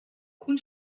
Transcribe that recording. cun